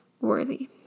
worthy